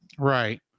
Right